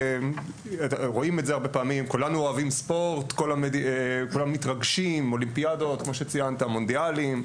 כולנו אוהבים ספורט ומתרגשים מאולימפיאדות וממונדיאלים,